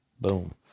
Boom